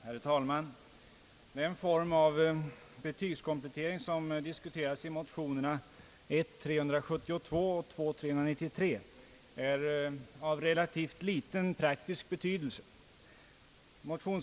Herr talman! Den form av betygskomplettering som diskuteras i motionerna I: 372 och II: 393 är av relativt liten praktisk betydelse.